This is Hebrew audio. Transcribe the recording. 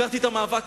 הכרתי את המאבק